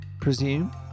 presume